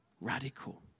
radical